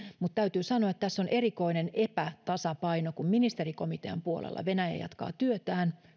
mutta täytyy sanoa että tässä on erikoinen epätasapaino kun ministerikomitean puolella venäjä jatkaa työtään